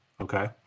Okay